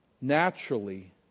Naturally